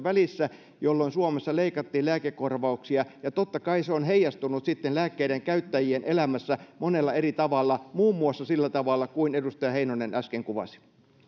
välissä jolloin suomessa leikattiin lääkekorvauksia ja totta kai se on heijastunut sitten lääkkeiden käyttäjien elämässä monella eri tavalla muun muassa sillä tavalla kuin edustaja heinonen äsken kuvasi